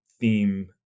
theme